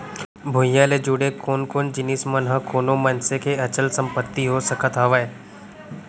भूइयां ले जुड़े कोन कोन जिनिस मन ह कोनो मनसे के अचल संपत्ति हो सकत हवय?